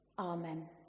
Amen